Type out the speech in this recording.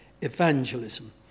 evangelism